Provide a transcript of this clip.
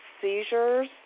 seizures